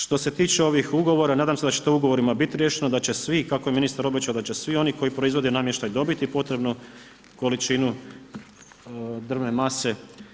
Što se tiče ovih ugovora, nadam se da će to ugovorima biti riješeno, da će svi, kako je ministar obećao, da će svi oni koji proizvode namještaj dobiti potrebnu količinu drvne mase.